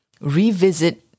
revisit